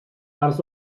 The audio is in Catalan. parts